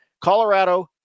colorado